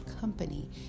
company